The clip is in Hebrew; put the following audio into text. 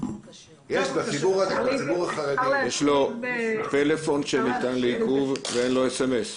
יש לו פלאפון שניתן לעיקוב אבל אין לו סמס.